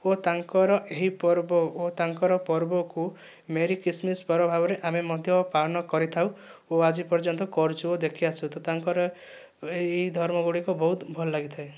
ଓ ତାଙ୍କର ଏହି ପର୍ବ ଓ ତାଙ୍କର ପର୍ବକୁ ମେରି କ୍ରିସମସ୍ ପର୍ବ ଭାବରେ ଆମେ ମଧ୍ୟ ପାଳନ କରିଥାଉ ଓ ଆଜିପର୍ଯ୍ୟନ୍ତ କରୁଛୁ ଓ ଦେଖିଆସୁଛୁ ତ ତାଙ୍କର ଏହି ଧର୍ମଗୁଡ଼ିକ ବହୁତ ଭଲ ଲାଗିଥାଏ